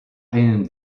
einen